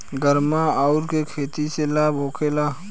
गर्मा उरद के खेती से लाभ होखे ला?